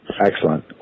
Excellent